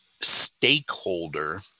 stakeholder